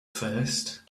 first